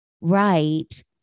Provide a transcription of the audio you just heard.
right